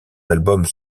albums